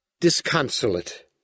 Disconsolate